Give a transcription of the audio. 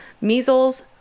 Measles